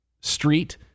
Street